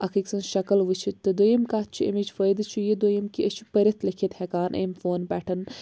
اَکھ أکۍ سٕنٛز شَکٕل وُچھِتھ تہٕ دوٚیِم کَتھ چھِ اِمِچ فٲیِدٕ چھِ دۄیِم کہِ أسۍ چھِ پٔرِٛتھ لیٖکھِتھ ہؠکان اَمہِ فونہٕ پؠٹھ